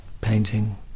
painting